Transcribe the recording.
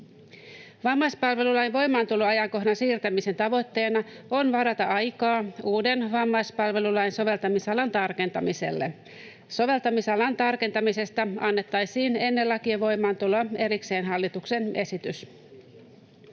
Vammaispalvelulain voimaantuloajankohdan siirtämisen tavoitteena on varata aikaa uuden vammaispalvelulain soveltamisalan tarkentamiselle. Soveltamisalan tarkentamisesta annettaisiin ennen lakien voimaantuloa erikseen hallituksen esitys.